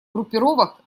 группировок